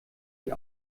die